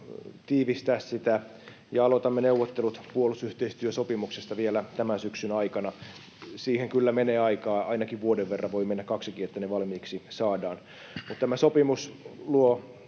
tiivistää sitä, ja aloitamme neuvottelut puolustusyhteistyösopimuksesta vielä tämän syksyn aikana. Siihen kyllä menee aikaa ainakin vuoden verran, voi mennä kaksikin, että ne valmiiksi saadaan. Tämä sopimus luo